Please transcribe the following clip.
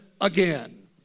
again